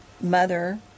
mother